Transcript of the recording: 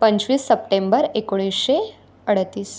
पंचवीस सप्टेंबर एकोणीसशे अडतीस